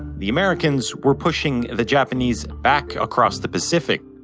the americans were pushing the japanese back across the pacific.